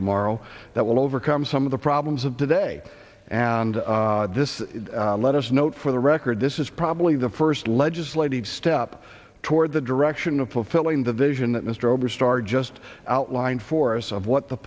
tomorrow that will overcome some of the problems of today and this let us note for the record this is probably the first legislative step toward the direction of fulfilling the vision that mr oberstar just outlined for us of what the